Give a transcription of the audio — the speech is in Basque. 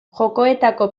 jokoetako